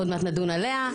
עוד מעט נדון עליה,